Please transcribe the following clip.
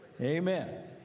Amen